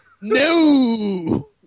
no